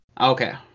Okay